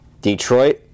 Detroit